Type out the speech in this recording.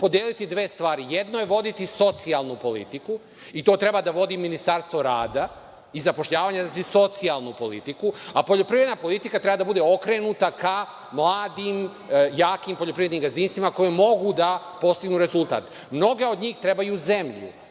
podeliti dve stvari. Jedno je voditi socijalnu politiku,, i to treba da vodi Ministarstvo rada i zapošljavanja, znači socijalnu politiku, a poljoprivredna politika treba da bude okrenuta ka mladim, jakim poljoprivrednim gazdinstvima koji mogu da postignu rezultat. Mnogi od njih trebaju zemlju.